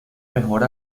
mejor